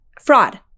fraud